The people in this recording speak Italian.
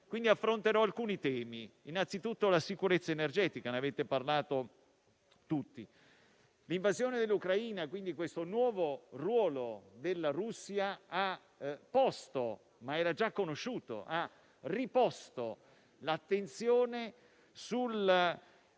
Affronterò alcuni temi, innanzitutto la sicurezza energetica, di cui avete parlato tutti. L'invasione dell'Ucraina e questo nuovo ruolo della Russia ha posto nuovamente l'attenzione sul